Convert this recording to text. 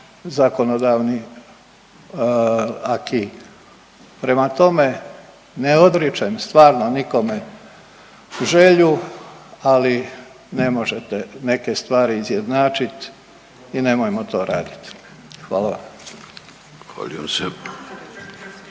zakonodavni acquis. Prema tome, ne odričem stvarno nikome želju ali ne možete neke stvari izjednačit i nemojmo to raditi. Hvala vam.